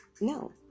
No